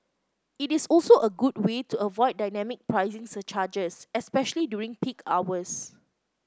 it is also a good way to avoid dynamic pricing surcharges especially during peak hours